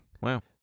Wow